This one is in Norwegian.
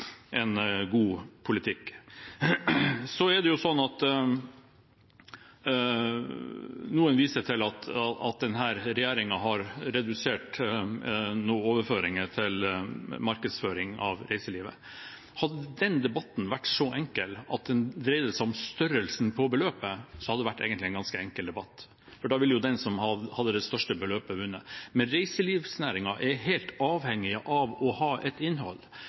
en god politikk. Noen viser til at denne regjeringen har redusert noen overføringer til markedsføring av reiselivet. Hadde den debatten vært så enkel at den kun dreide seg om størrelsen på beløpet, så hadde det egentlig vært en ganske enkel debatt, for da ville jo den som hadde det største beløpet, vunnet. Reiselivsnæringen er helt avhengig av å ha et innhold,